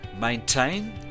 maintain